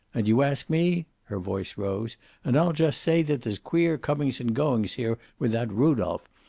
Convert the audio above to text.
and you ask me her voice rose and i'll just say that there's queer comings and goings here with that rudolph.